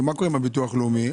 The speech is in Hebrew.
מה קורה עם הביטוח הלאומי?